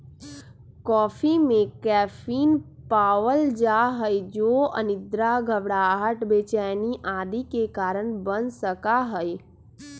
coffee में caffeine पावल जा हई जो अनिद्रा, घबराहट, बेचैनी आदि के कारण बन सका हई